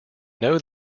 know